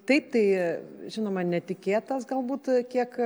taip tai žinoma netikėtas galbūt kiek